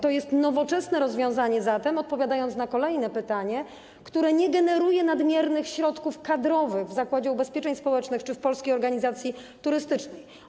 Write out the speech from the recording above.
To jest zatem nowoczesne rozwiązanie - odpowiadając na kolejne pytanie - które nie generuje nadmiernych środków kadrowych w Zakładzie Ubezpieczeń Społecznych czy w Polskiej Organizacji Turystycznej.